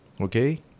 Okay